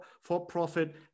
for-profit